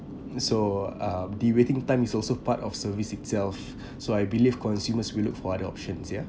so uh the waiting time is also part of service itself so I believe consumers we look for other options ya